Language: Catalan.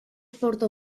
porta